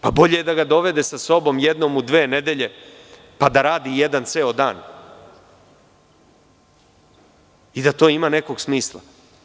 Pa, bolje je da ga dovede sa sobom jednom u dve nedelje, pa da radi jedan ceo dan i da to ima nekog smisla.